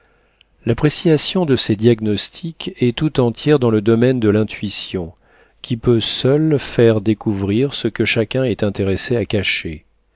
l'appréciation de ces diagnostics est tout entière dans le domaine de l'intuition qui peut seule faire découvrir ce que chacun est intéressé à cacher